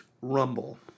Rumble